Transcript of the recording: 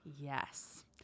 Yes